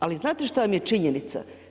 Ali znate šta vam je činjenica?